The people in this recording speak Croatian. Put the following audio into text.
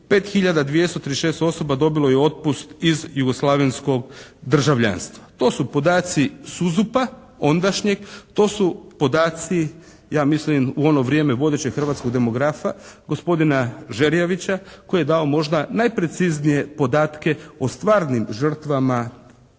236 osoba dobilo je otpust iz jugoslavenskog državljanstva. To su podaci SUZUP-a ondašnjeg. To su podaci ja mislim u ono vrijeme vodećeg hrvatskog demografa, gospodina Žerjavića koji je dao možda najpreciznije podatke o stvarnim žrtvama na